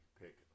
pick